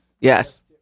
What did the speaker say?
Yes